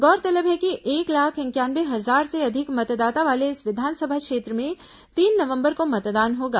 गौरतलब है कि एक लाख इंक्यानवे हजार से अधिक मतदाता वाले इस विधानसभा क्षेत्र में तीन नवंबर को मतदान होगा